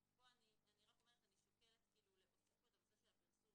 שימוש, פה אני שוקלת להוסיף את הנושא של הפרסום.